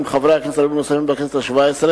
יחד עם חברי כנסת רבים נוספים, בכנסת השבע-עשרה.